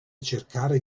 cercare